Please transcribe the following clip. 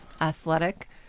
athletic